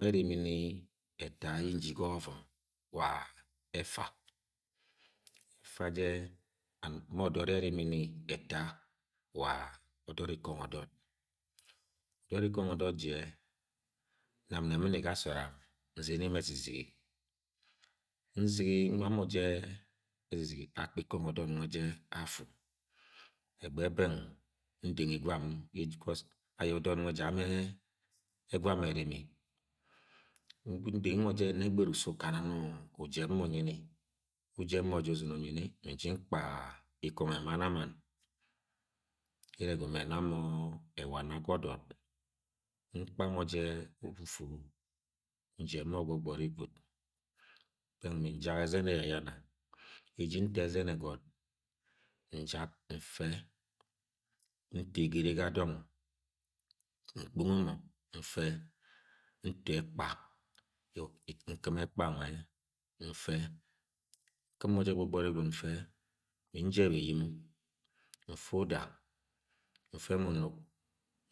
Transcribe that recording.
Wange erimi ni e̱ta ye nti ga ọvavum wa e̱fa e̱fa je and ma̱ ọdọd ye̱ erimi ni eta wa-a o̱dọd ikongo ọdod odod ikongo odod je nam neme ni ge so̱ram nzene mo ezizigi nzigi wa mo ji ezizigi, akpa ikongo odod nwe je afu egbe beng ndenyi gwaam eji-cos aye ọdod nwe ja mọ e̱gama erimi ndenyi mo je n-ne gberuk se ukana ni-u-u ujeb mọ unyi m ujeb mo je unnyi ni mi-nji nkpa iko̱ngo mann a-mann ye ere egomo ena mo ewana ga odod nkpa mo je mfu njeb mọ gbogbori gwud bẹng mi-njak ezen eyayan eje ye nto ẹzẹn egot njak mfe nto egene ga dong mkpongọ mo mfe nto ekpa nkɨ̃m ekpa nwe mfe nkɨ̃m mọ je gbogbori gwud mfẹ mi-njeb eyim, mfe uda mfe mo unuk